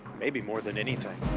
maybe more than anything.